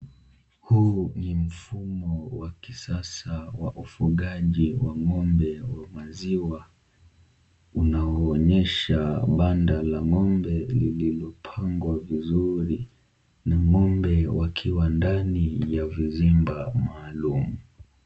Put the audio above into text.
Huu ni mfumo wa kisasa wa ufugaji wa ng'ombe wa maziwa unaoonyesha banda la ng'ombe lililopangwa vizuri na ng'ombe wakiwa ndani ya vizimba maalum.